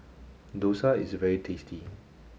Dosa is very tasty